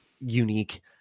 unique